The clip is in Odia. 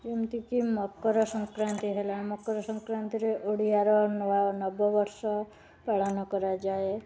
ଯେମିତିକି ମକରସଂକ୍ରାନ୍ତି ହେଲା ମକରସଂକ୍ରାନ୍ତିରେ ଓଡ଼ିଆର ନୂଆ ନବବର୍ଷ ପାଳନ କରାଯାଏ